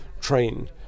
train